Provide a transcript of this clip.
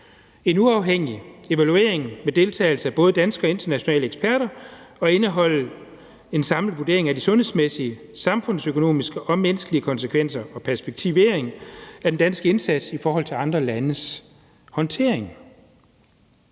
en uafhængig evaluering med deltagelse af både danske og internationale eksperter og indeholdende en samlet vurdering af de sundhedsmæssige, samfundsøkonomiske og menneskelige konsekvenser og en perspektivering af den danske indsats i forhold til andre landes håndtering.